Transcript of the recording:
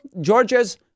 Georgia's